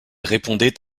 répondait